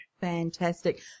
Fantastic